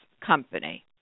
company